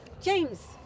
James